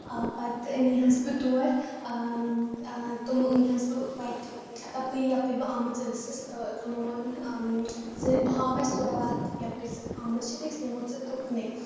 آ پَتہٕ نیٖہَس بہٕ تور تِمو أنۍ ہَس بہٕ وَتہِ تَپٲری یَپٲرۍ بہٕ آمٕژ ٲسٕس تہٕ تِمو ووٚن ژٕ ہاو اَسہِ تھوڑا وَتھ یَپٲرۍ ژٕ آمٕژ چھَکھ أسۍ نِموتھ ژٕ تُکنٕے